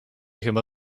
chyba